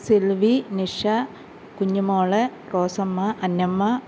Selvi Nisha Kunjumol Rosamma Annamma